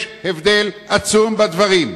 יש הבדל עצום בדברים,